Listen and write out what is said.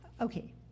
okay